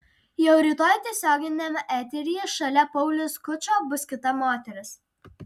jau rytoj tiesioginiame eteryje šalia pauliaus skučo bus kita moteris